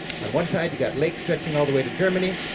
on one side you got lake stretching all the way to germany,